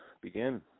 begin